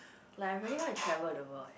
like I really want to travel the world